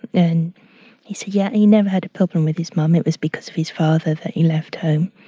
and he said yeah. and he never had a problem with his mum. it was because of his father that he left home.